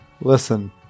Listen